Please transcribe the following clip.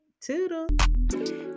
toodle